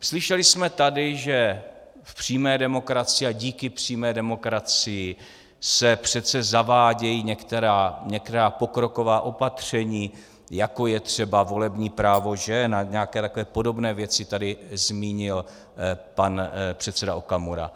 Slyšeli jsme tady, že v přímé demokracii a díky přímé demokracii se přece zavádějí některá pokroková opatření, jako je třeba volební právo žen, a nějaké takové podobné věci tady zmínil pan předseda Okamura.